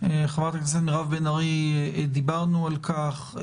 חברת הכנסת מירב בן ארי, דיברנו על כך.